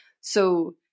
So-